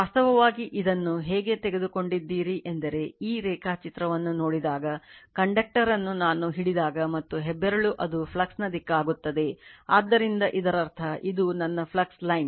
ವಾಸ್ತವವಾಗಿ ಇದನ್ನು ಹೇಗೆ ತೆಗೆದುಕೊಂಡಿದ್ದೀರಿ ಎಂದರೆ ಈ ರೇಖಾಚಿತ್ರವನ್ನು ನೋಡಿದಾಗ ಕಂಡಕ್ಟರ್ ಅನ್ನು ನಾನು ಹಿಡಿದಾಗ ಮತ್ತು ಹೆಬ್ಬೆರಳು ಅದು ಫ್ಲಕ್ಸ್ನ ದಿಕ್ಕಾಗುತ್ತದೆ ಆದ್ದರಿಂದ ಇದರರ್ಥ ಇದು ನನ್ನ ಫ್ಲಕ್ಸ್ ಲೈನ್